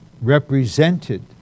represented